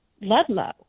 Ludlow